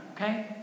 okay